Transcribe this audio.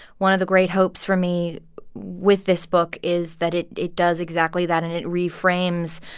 one of the great hopes for me with this book is that it it does exactly that and it reframes,